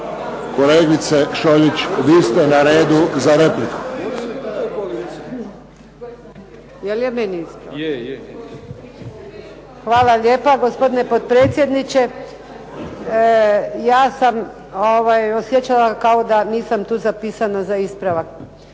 Kolegice Šolić vi ste na redu za repliku.